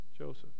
Joseph